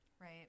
Right